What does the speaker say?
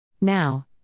Now